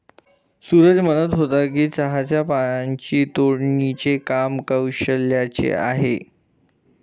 सूरज म्हणत होता की चहाच्या पानांची तोडणीचे काम कौशल्याचे आहे